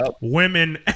women